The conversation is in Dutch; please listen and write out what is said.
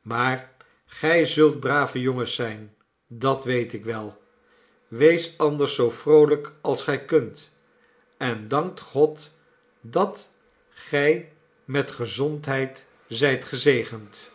maar gij zult brave jongens zijn dat weet ik wel weest anders zoo vroolijk als gij kunt en dankt god dat gij met geeen halve bag vac an tie zondheid zijt gezegend